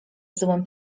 złym